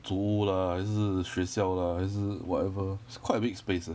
租屋 lah 还是学校 lah 还是 whatever it's quite a big space leh